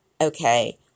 okay